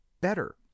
better